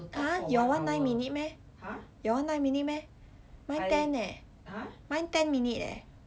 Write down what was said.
!huh! your one nine minute meh your one nine minute meh mine ten leh mine ten minute leh